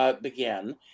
begin